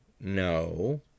No